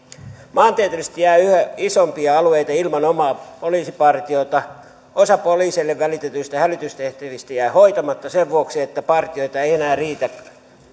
maantieteellisesti jää yhä isompia alueita ilman omaa poliisipartiota osa poliiseille välitetyistä hälytystehtävistä jää hoitamatta sen vuoksi että partioita ei enää riitä